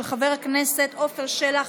של חבר הכנסת עפר שלח